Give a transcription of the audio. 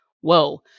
whoa